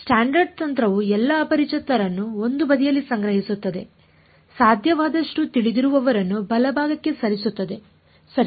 standard ತಂತ್ರವು ಎಲ್ಲಾ ಅಪರಿಚಿತರನ್ನು ಒಂದು ಬದಿಯಲ್ಲಿ ಸಂಗ್ರಹಿಸುತ್ತದೆ ಸಾಧ್ಯವಾದಷ್ಟು ತಿಳಿದಿರುವವರನ್ನು ಬಲಭಾಗಕ್ಕೆ ಸರಿಸುತ್ತದೆ ಸರಿ